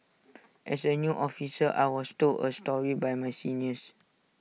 as A new officer I was told A story by my seniors